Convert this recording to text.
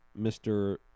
Mr